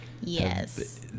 yes